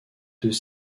deux